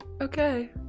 Okay